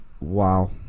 wow